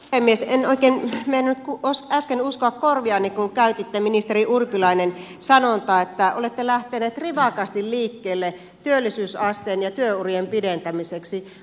en oikein meinannut äsken uskoa korviani kun käytitte ministeri urpilainen sanontaa että olette lähteneet rivakasti liikkeelle työllisyysasteen ja työurien pidentämiseksi